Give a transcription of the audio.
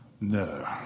No